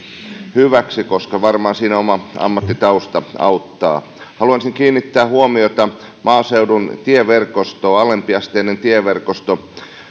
hyväksi varmaan siinä oma ammattitausta auttaa haluaisin kiinnittää huomiota maaseudun tieverkostoon alempiasteinen tieverkosto